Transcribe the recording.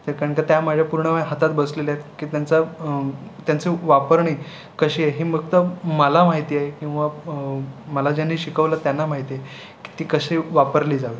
के कारण की त्या माझ्या पूर्ण हातात बसलेल्या आहेत की त्यांचा त्यांचं वापरणे कसे आहे हे फक्त मला माहिती आहे किंवा मला ज्यांनी शिकवलं त्यांना माहीत आहे की ते कसे वापरले जावेत